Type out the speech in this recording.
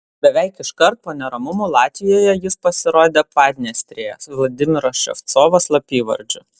beveik iškart po neramumų latvijoje jis pasirodė padniestrėje vladimiro ševcovo slapyvardžiu